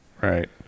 Right